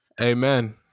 Amen